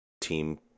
team